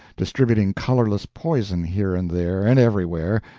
distributing colorless poison here and there and everywhere,